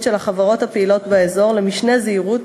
של החברות הפעילות באזור למשנה זהירות,